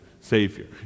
Savior